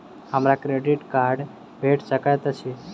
हमरा credit card भेट सकैत अछि?